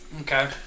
Okay